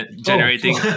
generating